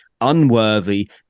unworthy